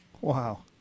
Wow